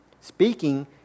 Speaking